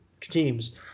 teams